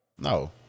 No